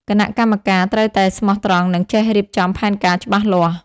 គណៈកម្មការត្រូវតែស្មោះត្រង់និងចេះរៀបចំផែនការច្បាស់លាស់។